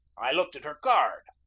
i looked at her card.